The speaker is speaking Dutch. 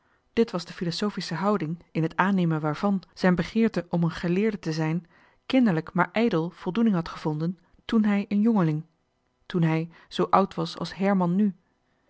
dit was de filozofische houding in het aannemen waarvan zijn begeerte om een geleerde te zijn kinderlijk mààr ijdellijk voldoening had gevonden toen hij een jongeling toen hij zoo oud was als herman nu